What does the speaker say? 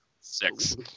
six